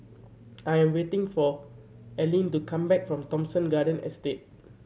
I am waiting for Aleen to come back from Thomson Garden Estate